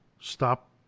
stop